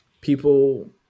people